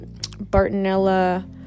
Bartonella